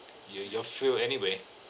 you you're filled anyway